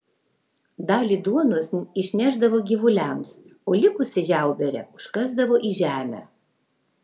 dalį duonos išnešdavo gyvuliams o likusią žiauberę užkasdavo į žemę